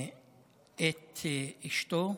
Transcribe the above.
את אשתו,